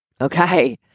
Okay